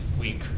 week